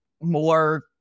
more